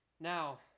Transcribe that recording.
Now